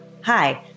Hi